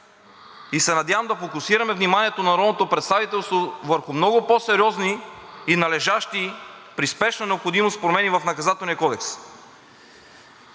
и се надявам да фокусираме вниманието на народното представителство върху много по-сериозни и належащи при спешна необходимост поне и в Наказателния кодекс.